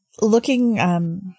Looking